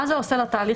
מה זה עושה לתהליך,